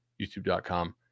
youtube.com